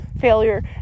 failure